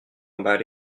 about